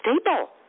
stable